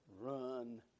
run